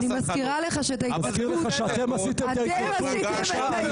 אני מזכירה לך שאת ההתנתקות אתם עשיתם.